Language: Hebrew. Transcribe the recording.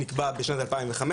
נקבע בשנת 2015,